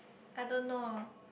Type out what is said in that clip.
I don't know